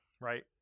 Right